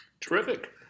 Terrific